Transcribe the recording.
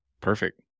perfect